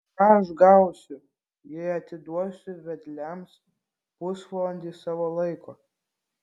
ką aš gausiu jei atiduosiu vedliams pusvalandį savo laiko